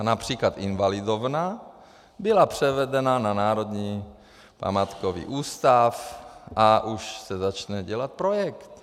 Například Invalidovna byla převedena na Národní památkový ústav a už se začne dělat projekt.